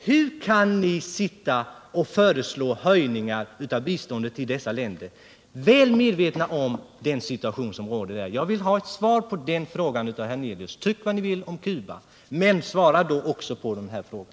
Hur kan ni sitta och föreslå höjningar av biståndet till dessa länder, väl medvetna om den situation som råder där? Jag vill ha ett svar på den frågan av herr Hernelius. Tyck vad ni vill om Cuba, men svara också på den här frågan!